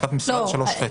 חזקת מסירה קבועה ב-3ח.